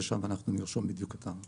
ושם נרשום בדיוק אותם.